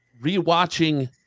re-watching